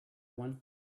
one